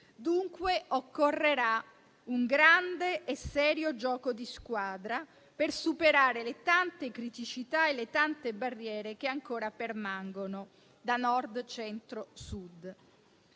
dunque un grande e serio gioco di squadra per superare le tante criticità e le tante barriere che ancora permangono da Nord, Centro, Sud.